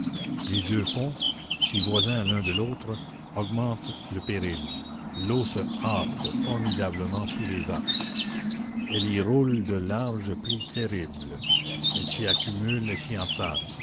les deux ponts si voisins l'un de l'autre augmentent le péril l'eau se hâte formidablement sous les arches elle y roule de larges plis terribles elle s'y accumule et